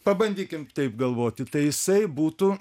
pabandykim taip galvoti tai jisai būtų